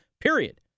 Period